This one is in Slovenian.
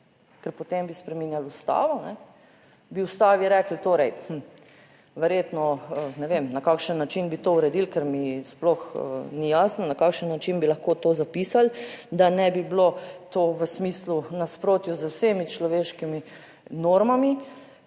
ker potem bi spreminjali ustavo, bi ustavi rekli, torej verjetno, ne vem na kakšen način bi to uredili, ker mi sploh ni jasno na kakšen način bi lahko to zapisali, da ne bi bilo to v smislu v nasprotju z vsemi človeškimi normami,